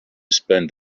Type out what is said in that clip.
spend